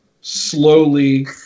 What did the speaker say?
slowly